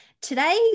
Today